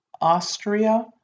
Austria